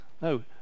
No